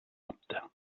apte